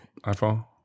iPhone